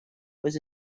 was